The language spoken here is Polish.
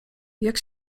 jak